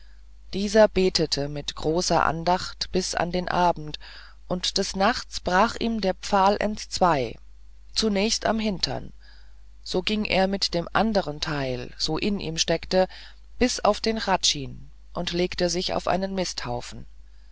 dieser betete mit großer andacht bis an den abend und des nachts brach ihm der pfahl entzwei zunächst am hintern so ging er mit dem anderen teil so in ihm steckte bis auf den hradschin und legte sich auf einen misthaufen